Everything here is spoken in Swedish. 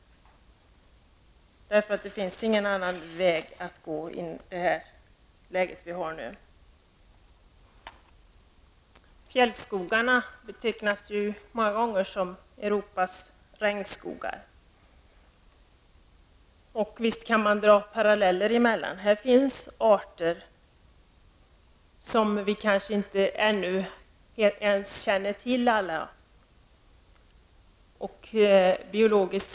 Det finns i nuläget inte något annat alternativ. Fjällskogarna betecknas många gånger som Europas regnskogar, och visst kan man dra paralleller här. Det är kanske så, att vi inte ens känner till alla arter som finns.